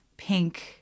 pink